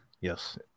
yes